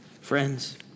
Friends